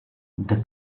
the